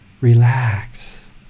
Relax